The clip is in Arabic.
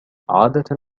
عادة